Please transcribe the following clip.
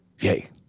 Yay